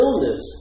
illness